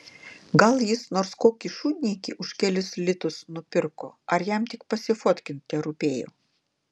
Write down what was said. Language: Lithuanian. gal jis nors kokį šūdniekį už kelis litus nupirko ar jam tik pasifotkint terūpėjo